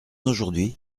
aujourd’hui